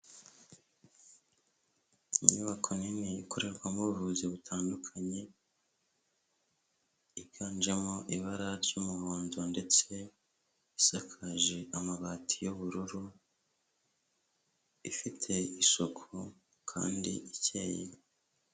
Inyubako nini ikorerwamo ubuvuzi butandukanye iganjemo ibara ry'umuhondo ndetse isakaje amabati y'ubururu ifite isuku kandi ikeye.